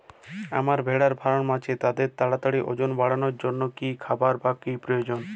আমার ভেড়ার ফার্ম আছে তাদের তাড়াতাড়ি ওজন বাড়ানোর জন্য কী খাবার বা কী প্রয়োজন?